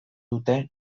dute